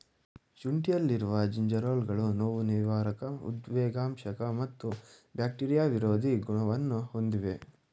ಶುಂಠಿಯಲ್ಲಿರುವ ಜಿಂಜೆರೋಲ್ಗಳು ನೋವುನಿವಾರಕ ಉದ್ವೇಗಶಾಮಕ ಮತ್ತು ಬ್ಯಾಕ್ಟೀರಿಯಾ ವಿರೋಧಿ ಗುಣಗಳನ್ನು ಹೊಂದಿವೆ